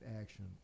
action